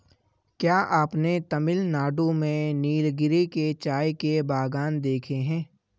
क्या आपने तमिलनाडु में नीलगिरी के चाय के बागान देखे हैं?